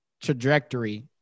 trajectory